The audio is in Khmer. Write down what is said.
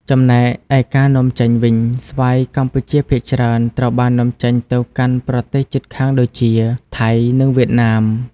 ចំណែកឯការនាំចេញវិញ ស្វាយកម្ពុជាភាគច្រើនត្រូវបាននាំចេញទៅកាន់ប្រទេសជិតខាងដូចជា ថៃ និងវៀតណាម។